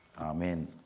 Amen